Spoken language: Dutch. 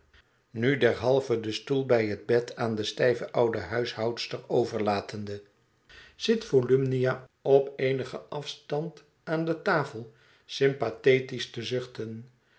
nu derhalve den stoel bij het bed aan de stijve oude huishoudster overlatende zit volumnia op eenigen afstand aan de tafel sympathetisch te zuchten